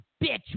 bitch